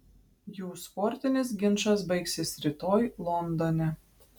jų sportinis ginčas baigsis rytoj londone